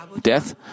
death